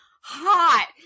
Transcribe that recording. hot